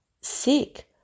sick